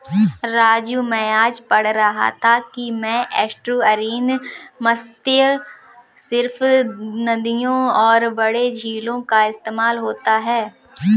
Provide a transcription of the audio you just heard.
राजू मैं आज पढ़ रहा था कि में एस्टुअरीन मत्स्य सिर्फ नदियों और बड़े झीलों का इस्तेमाल होता है